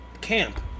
camp